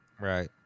Right